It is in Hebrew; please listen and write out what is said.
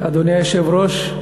אדוני היושב-ראש,